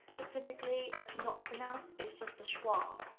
but typically it's not pronounced, it's just a schwa.